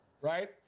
right